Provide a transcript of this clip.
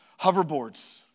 Hoverboards